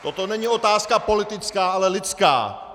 Toto není otázka politická, ale lidská!